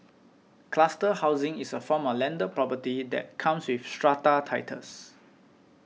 cluster housing is a form of landed property that comes with strata titles